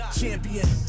champion